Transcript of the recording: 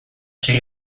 segi